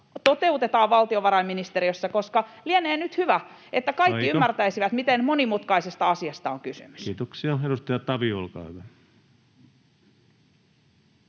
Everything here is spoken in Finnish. koputtaa] valtiovarainministeriössä, koska lienee nyt hyvä, että kaikki ymmärtäisivät, [Puhemies: Aika!] miten monimutkaisesta asiasta on kysymys. Kiitoksia. — Edustaja Tavio, olkaa hyvä.